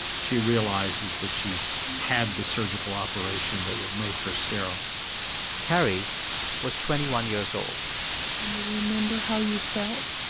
she realizes that she's had the surgical operation that would make her sterile carrie was twenty one years old do and you remember how you felt?